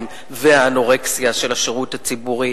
ושל האנורקסיה של השירות הציבורי.